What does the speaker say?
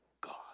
God